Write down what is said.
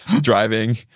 driving